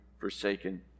forsaken